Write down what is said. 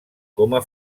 coma